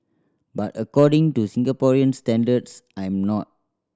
but according to Singaporean standards I'm not